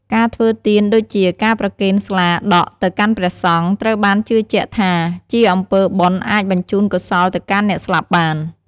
ការធ្វើទានដូចជា ការប្រគេនស្លាដក់ទៅកាន់ព្រះសង្ឃត្រូវបានជឿជាក់ថាជាអំពើបុណ្យអាចបញ្ជូនកុសលទៅកាន់អ្នកស្លាប់បាន។